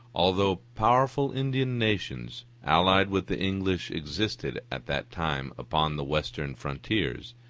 although powerful indian nations allied with the english existed at that time upon the western frontiers,